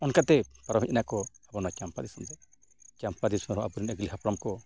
ᱚᱱᱠᱟ ᱛᱮ ᱯᱟᱨᱚᱢ ᱦᱮᱡ ᱱᱟᱠᱚ ᱚᱱᱟ ᱪᱟᱢᱯᱟ ᱫᱤᱥᱚᱢ ᱨᱮ ᱪᱟᱢᱯᱟ ᱫᱤᱥᱚᱢ ᱨᱮᱦᱚᱸ ᱟᱹᱜᱤᱞ ᱦᱟᱯᱲᱟᱢ ᱠᱚ